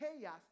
chaos